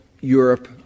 Europe